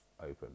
open